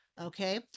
okay